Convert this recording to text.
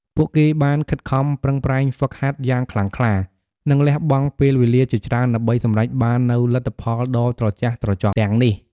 ពួកគេបានខិតខំប្រឹងប្រែងហ្វឹកហាត់យ៉ាងខ្លាំងក្លា និងលះបង់ពេលវេលាជាច្រើនដើម្បីសម្រេចបាននូវលទ្ធផលដ៏ត្រចះត្រចង់ទាំងនេះ។